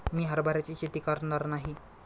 मी हरभऱ्याची शेती करणार नाही